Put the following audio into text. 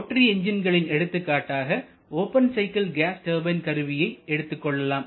rotary எஞ்சின்களின் எடுத்துக்காட்டாக open cycle gas turbine கருவியை எடுத்துக் கொள்ளலாம்